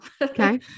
Okay